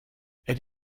elle